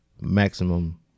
maximum